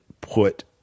put